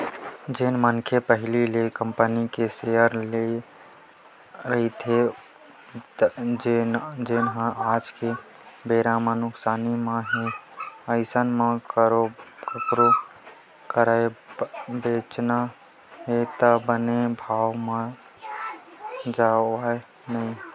जेन मनखे पहिली ले कंपनी के सेयर लेए रहिथे जेनहा आज के बेरा म नुकसानी म हे अइसन म कखरो करा बेंचना हे त बने भाव म जावय नइ